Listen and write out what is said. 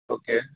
okay